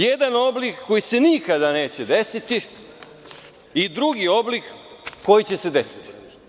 Jedan oblik koji se nikada neće desiti i drugi oblik koji će se desiti.